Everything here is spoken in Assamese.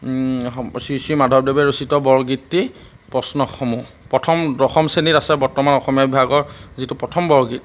শ্ৰী শ্ৰী মাধৱদেৱে ৰচিত বৰগীতটি প্ৰশ্নসমূহ প্ৰথম দশম শ্ৰেণীত আছে বৰ্তমান অসমীয়া বিভাগৰ যিটো প্ৰথম বৰগীত